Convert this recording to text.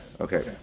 Okay